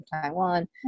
Taiwan